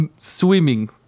swimming